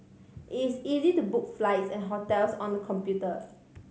it's easy to book flights and hotels on the computer